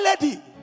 lady